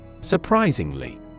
Surprisingly